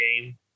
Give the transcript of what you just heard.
game